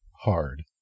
hard